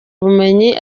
ubumenyi